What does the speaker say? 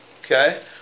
Okay